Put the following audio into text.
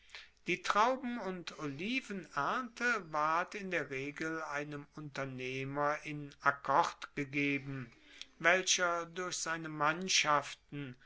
die trauben und olivenernte ward in der regel einem unternehmer in akkord gegeben welcher durch seine mannschaften